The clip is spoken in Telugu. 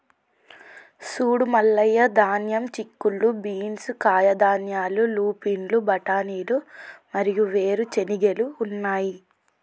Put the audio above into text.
సూడు మల్లయ్య ధాన్యం, చిక్కుళ్ళు బీన్స్, కాయధాన్యాలు, లూపిన్లు, బఠానీలు మరియు వేరు చెనిగెలు ఉన్నాయి